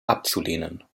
abzulehnen